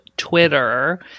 Twitter